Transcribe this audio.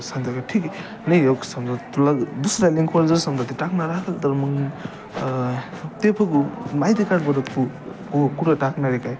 सांगता का ठीक आहे नाही हे वघ समजा तुला दुसऱ्या लिंकवर जर समजा ते टाकणार असेल तर मग ते बघू माहिती काढ बरं तू कु कुठं टाकणार आहे काय